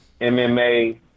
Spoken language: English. MMA